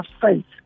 faith